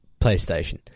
playstation